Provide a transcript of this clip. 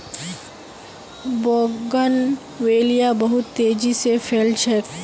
bougainvillea बहुत तेजी स फैल छेक